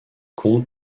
compte